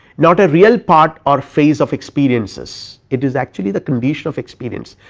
not a real part or phase of experiences it is actually the condition of experience,